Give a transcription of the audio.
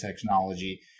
technology